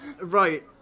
Right